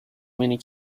many